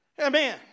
Amen